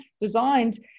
designed